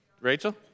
Rachel